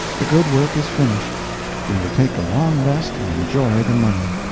the good work is finished we will take a long rest and enjoy the money.